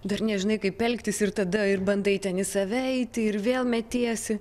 dar nežinai kaip elgtis ir tada ir bandai ten į save eiti ir vėl metiesi